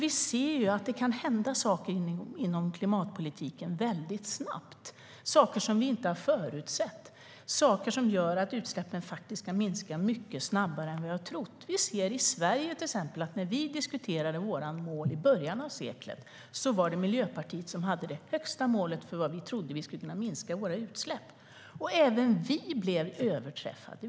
Inom klimatpolitiken kan det hända saker väldigt snabbt, saker som vi inte har förutsett och som gör att utsläppen kan minska mycket snabbare än vi har trott. Ett exempel är när vi i Sverige diskuterade våra mål i början av seklet. Då hade Miljöpartiet det högsta målet för vad vi trodde att vi skulle minska våra utsläpp med. Även vi blev överträffade.